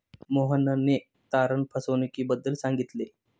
मोहनने तारण फसवणुकीबद्दल सांगितले